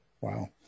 Wow